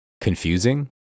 confusing